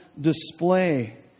display